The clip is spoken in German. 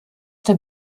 der